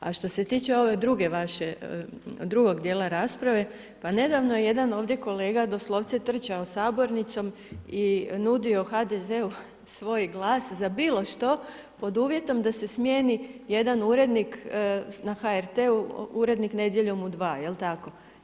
A što se tiče ovog drugog djela rasprave, pa nedavno je jedan ovdje kolega doslovce trčao sabornicom i nudio HDZ-u svoj glas za bilo što pod uvjetom da se smijeni jedan urednik na HRT-u, urednik Nedjeljom u 2, jel' tako?